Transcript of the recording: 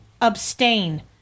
abstain